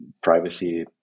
privacy